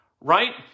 right